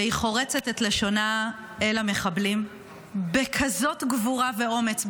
והיא חורצת את לשונה אל המחבלים בכזאת גבורה ואומץ.